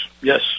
yes